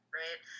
right